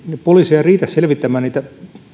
poliiseja riitä selvittämään kautta maan niitä